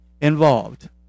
involved